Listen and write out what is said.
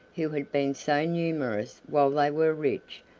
who had been so numerous while they were rich,